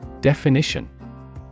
Definition